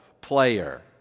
player